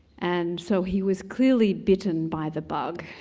and so he was clearly bitten by the bug,